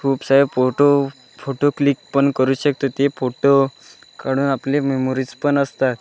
खूप सारे photo photo click पण करू शकतो ते फोटो काढून आपले मेमोरीज पण असतात